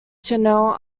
channel